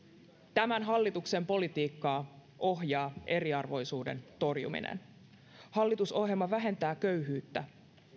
tämän hallituksen politiikkaa ohjaa eriarvoisuuden torjuminen hallitusohjelma vähentää köyhyyttä